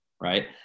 Right